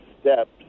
steps